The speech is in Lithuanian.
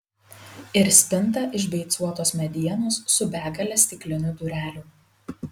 ir spinta iš beicuotos medienos su begale stiklinių durelių